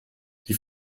die